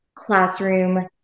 classroom